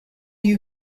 you